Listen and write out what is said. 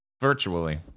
Virtually